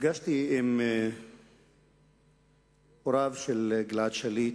נפגשתי עם הוריו של גלעד שליט,